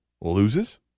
loses